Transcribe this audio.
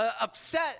upset